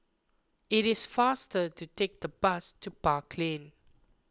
it is faster to take the bus to Park Lane